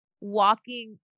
walking